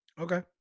okay